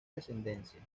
descendencia